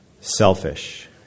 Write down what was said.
Selfish